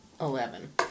Eleven